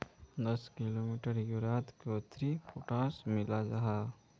दस किलोग्राम यूरियात कतेरी पोटास मिला हाँ?